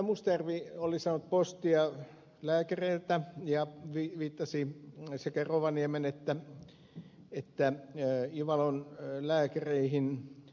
mustajärvi oli saanut postia lääkäreiltä ja viittasi sekä rovaniemen että ivalon lääkäreihin